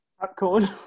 popcorn